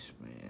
man